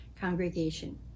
congregation